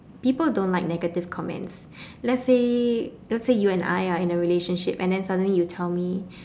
people don't like negative comments let's say let's say you and I are in a relationship and then suddenly you tell me